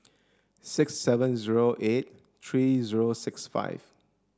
six seven zero eight three zero six five